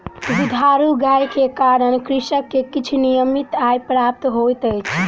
दुधारू गाय के कारण कृषक के किछ नियमित आय प्राप्त होइत अछि